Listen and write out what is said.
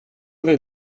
vingt